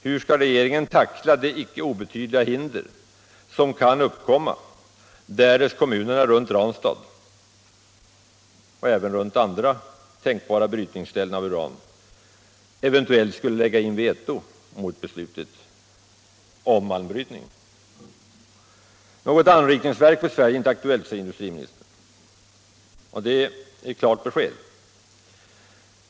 Hur skall regeringen tackla det icke obetydliga hinder som kan uppkomma, därest kommunerna runt Ranstad och även runt andra tänkbara brytningsställen för uran eventuellt — Nr 30 skulle lägga in veto mot ett beslut om uranbrytning? Något anrikningsverk för Sverige är icke aktuellt, säger industriministern. Det är klart besked.